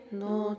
no